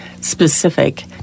specific